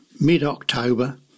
mid-October